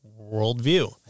worldview